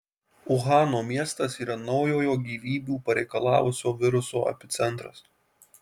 uhano miestas yra naujojo gyvybių pareikalavusio viruso epicentras